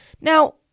Now